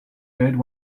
did